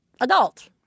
adult